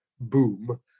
boom